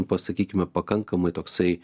pasakykime pakankamai toksai